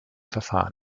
verfahren